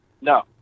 No